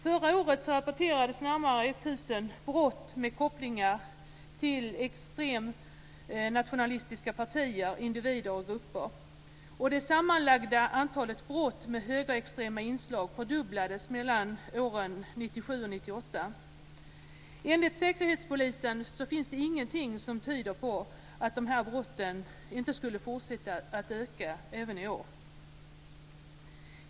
Förra året rapporterades närmare 1 000 brott med kopplingar till extremnationalistiska partier, individer och grupper. Det sammanlagda antalet brott med högerextrema inslag fördubblades mellan åren 1997 och 1998. Enligt Säkerhetspolisen finns det ingenting som tyder på att de här brotten inte skulle fortsätta att öka även i år.